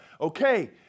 okay